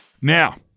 Now